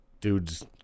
Dude's